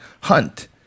hunt